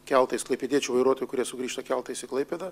keltais klaipėdiečių vairuotojų kurie sugrįžta keltais į klaipėdą